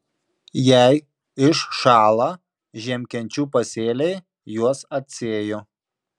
jei iššąla žiemkenčių pasėliai juos atsėju